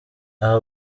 aba